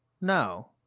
No